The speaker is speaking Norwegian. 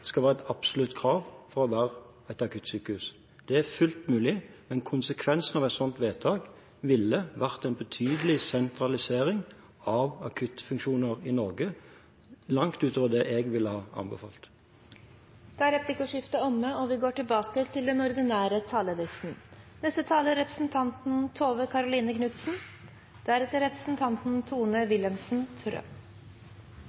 skal være et absolutt krav for å være et akuttsykehus. Det er fullt mulig, men konsekvensen av et slikt vedtak ville vært en betydelig sentralisering av akuttfunksjoner i Norge, langt utover det jeg ville anbefalt. Replikkordskiftet er omme. Da vil jeg i all ydmykhet bruke mitt innlegg til